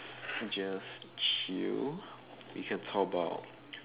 just chill we can talk about